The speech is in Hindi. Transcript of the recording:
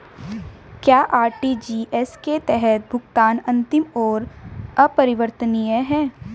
क्या आर.टी.जी.एस के तहत भुगतान अंतिम और अपरिवर्तनीय है?